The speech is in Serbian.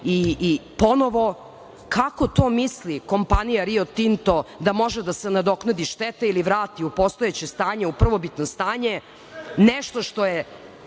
ponovo - kako to misli kompanija "Rio Tinto" da može da se nadoknadi šteta ili vrati u postojeće stanje, u prvobitno stanje nešto što je